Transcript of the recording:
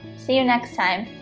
see you next time